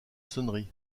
sonnerie